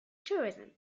tourism